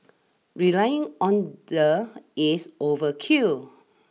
relying on the is overkill